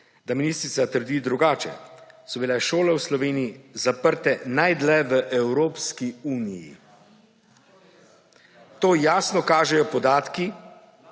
da ministrica trdi drugače, so bile šole v Sloveniji zaprte najdlje v Evropski uniji. To jasno kažejo podatki